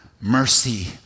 mercy